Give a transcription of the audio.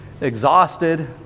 exhausted